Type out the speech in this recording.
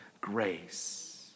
grace